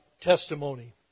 testimony